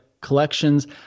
collections